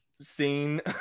scene